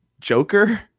joker